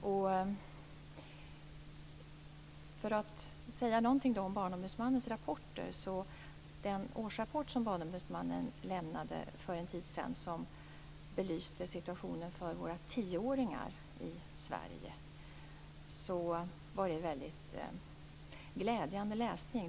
Den årsrapport som Barnombudsmannen för en tid sedan avlämnade och som belyser situationen för tioåringar i Sverige var en glädjande läsning.